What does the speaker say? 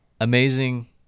Amazing